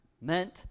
meant